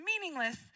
meaningless